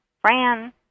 Fran